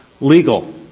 legal